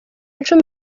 icumi